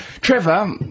Trevor